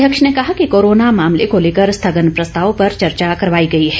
अध्यक्ष ने कहा कि कोरोना मामले को लेकर स्थगन प्रस्ताव पर चर्चा करवाई गई है